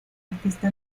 artista